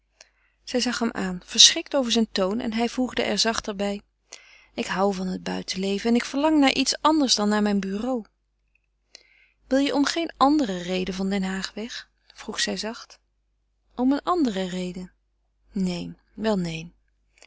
zij zag hem aan verschrikt over zijn toon en hij voegde er zachter bij ik hoû van het buitenleven en ik verlang naar iets anders dan naar mijn bureau wil je om geen andere reden van den haag weg vroeg zij zacht om een andere reden neen wel neen